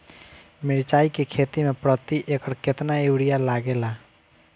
मिरचाई के खेती मे प्रति एकड़ केतना यूरिया लागे ला?